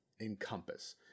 encompass